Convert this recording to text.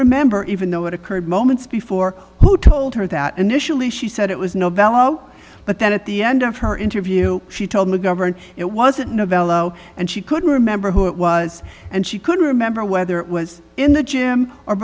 remember even though it occurred moments before who told her that initially she said it was novello but then at the end of her interview she told mcgovern it wasn't novello and she couldn't remember who it was and she couldn't remember whether it was in the gym or